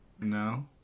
no